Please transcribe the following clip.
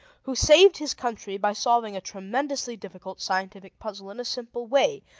who saved his country by solving a tremendously difficult scientific puzzle in a simple way,